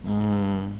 mm